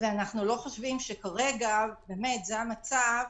אנחנו לא חושבים שכרגע זה המצב